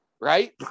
right